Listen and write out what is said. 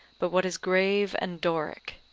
but what is grave and doric.